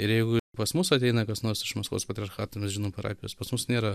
ir jeigu pas mus ateina kas nors iš maskvos patriarchato mes žinom parapijas pas mus nėra